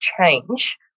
change